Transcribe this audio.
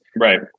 right